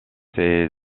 ses